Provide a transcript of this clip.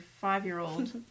five-year-old